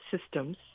Systems